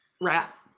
Rat